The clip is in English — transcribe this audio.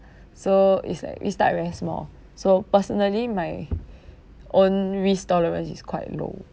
so it's like we start very small so personally my own risk tolerance is quite low